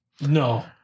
No